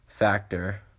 factor